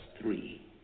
three